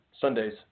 Sundays